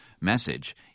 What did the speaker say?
message